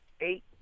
eight